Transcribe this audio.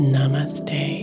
Namaste